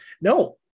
no